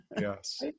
Yes